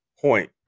point